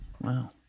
wow